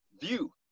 view